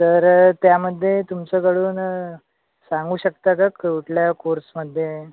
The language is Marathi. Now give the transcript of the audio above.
तर त्यामध्ये तुमच्याकडून सांगू शकता का कुठल्या कोर्समध्ये